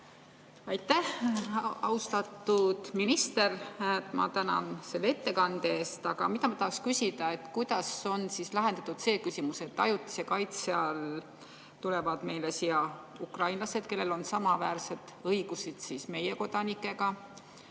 Aitäh! Austatud minister, ma tänan selle ettekande eest. Aga ma tahaksin küsida, kuidas on lahendatud see küsimus, et ajutise kaitse all tulevad meile siia ukrainlased, kellel on samaväärsed õigused meie kodanikega,